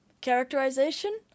characterization